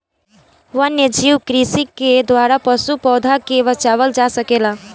वन्यजीव कृषि के द्वारा पशु, पौधा के बचावल जा सकेला